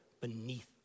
beneath